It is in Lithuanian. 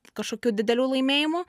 kažkokių didelių laimėjimų